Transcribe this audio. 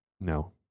No